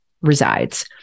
resides